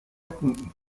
punkten